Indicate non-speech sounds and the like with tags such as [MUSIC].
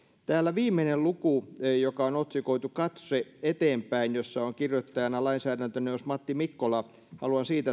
täällä on viimeinen luku joka on otsikoitu katse eteenpäin jossa on kirjoittajana lainsäädäntöneuvos matti mikkola haluan siitä [UNINTELLIGIBLE]